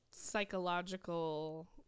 psychological